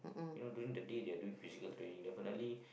you know doing the date you are doing physical training definitely